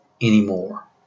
anymore